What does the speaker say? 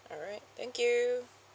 alright thank you